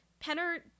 Penner